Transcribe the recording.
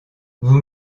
vous